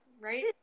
right